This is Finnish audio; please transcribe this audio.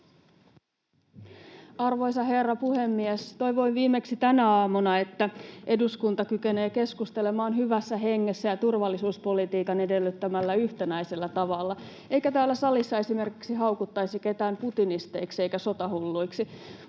Arvoisa herra puhemies! Toivoin viimeksi tänä aamuna, että eduskunta kykenee keskustelemaan hyvässä hengessä ja turvallisuuspolitiikan edellyttämällä yhtenäisellä tavalla eikä täällä salissa esimerkiksi haukuttaisi ketään putinisteiksi eikä sotahulluiksi.